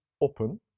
open